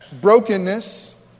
brokenness